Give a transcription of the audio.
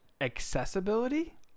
Accessibility